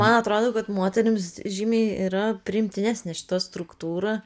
man atrodo kad moterims žymiai yra priimtinesnė šita struktūra